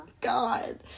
God